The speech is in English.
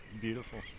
beautiful